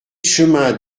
chemin